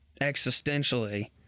existentially